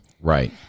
Right